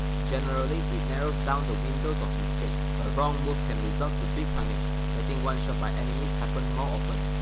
generally it narrows down the windows of mistakes, a wrong move can result to big punish, getting one shot by enemies happen more often.